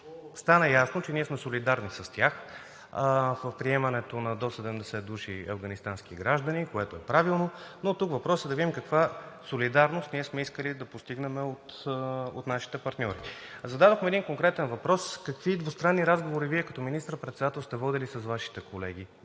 Стана ясно, че ние сме солидарни с тях в приемането на до 70 души афганистански граждани, което е правилно, но тук въпросът е да видим каква солидарност сме искали да постигнем от нашите партньори. Зададохме един конкретен въпрос: какви двустранни разговори Вие като министър-председател сте водили с Вашите колеги